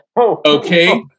okay